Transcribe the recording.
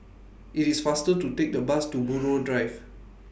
IT IS faster to Take The Bus to Buroh Drive